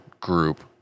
group